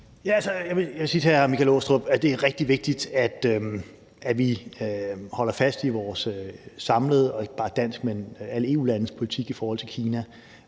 Jeg vil sige til hr. Michael Aastrup Jensen, at det er rigtig vigtigt, at vi holder fast i vores samlede og ikke bare danske, men alle EU-landes politik i forhold til Kina,